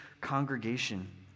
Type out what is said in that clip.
congregation